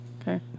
Okay